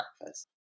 breakfast